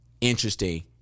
Interesting